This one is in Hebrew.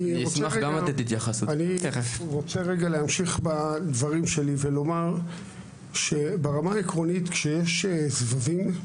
אני רוצה רגע להמשיך בדברים שלי ולומר שברמה העקרונית כשיש סבבים,